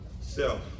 self